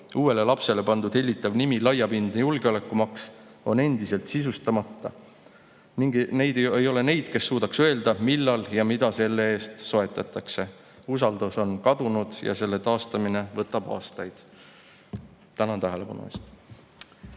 Uuele lapsele pandud hellitav nimetus "laiapindne julgeolekumaks" on endiselt sisustamata ning ei ole neid, kes suudaks öelda, millal ja mida selle eest soetatakse. Usaldus on kadunud ja selle taastamine võtab aastaid. Tänan tähelepanu